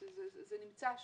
זה נמצא שם.